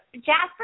Jasper